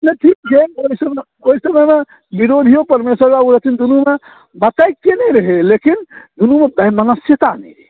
नहि ठीक छै ओहि समयमे विरोधियो परमेश्वर बाबू रहथिन दुनूमे पटैत नहि रहै लेकिन दुनूमे वैमन्सयता नहि रहै